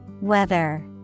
Weather